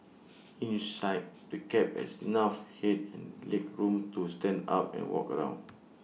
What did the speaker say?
inside the cab has enough Head and legroom to stand up and walk around